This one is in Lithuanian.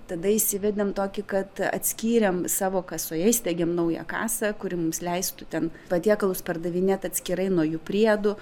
tada įsivedėm tokį kad atskyrėm savo kasoje įsteigėm naują kasą kuri mums leistų ten patiekalus pardavinėt atskirai nuo jų priedų